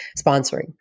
sponsoring